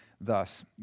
thus